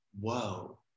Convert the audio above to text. whoa